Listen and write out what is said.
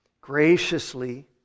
graciously